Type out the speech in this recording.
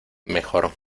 mejor